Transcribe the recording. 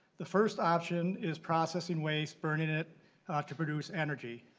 the first option is processing waste burning it to produce energy.